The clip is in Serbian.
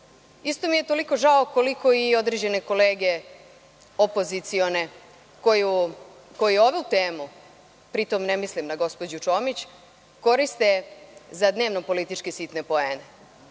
Isto mi je toliko žao, koliko i određene kolege, opozicione, koji ovu temu, pri tom ne mislim na gospođu Čomić, koriste za dnevno-političke sitne poene. Dnevni